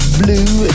blue